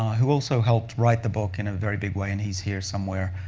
who also helped write the book in a very big way, and he's here somewhere.